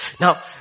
Now